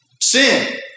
Sin